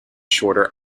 shorter